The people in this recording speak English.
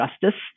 justice